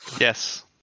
Yes